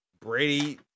Brady